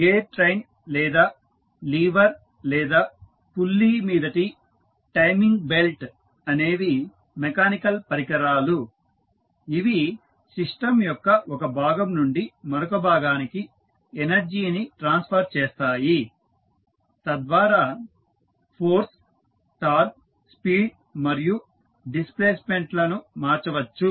gear train లేదా lever లేదా pulley మీదటి టైమింగ్ బెల్ట్ అనేవి మెకానికల్ పరికరాలు ఇవి సిస్టం యొక్క ఒక భాగం నుండి మరొక భాగానికి ఎనర్జీని ట్రాన్స్ఫర్ చేస్తాయి తద్వారా ఫోర్స్ టార్క్ స్పీడ్ మరియు డిస్ప్లేస్మెంట్ లను మార్చవచ్చు